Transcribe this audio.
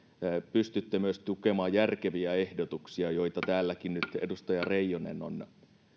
pystytte myös tukemaan järkeviä ehdotuksia joita täälläkin edustaja reijonen on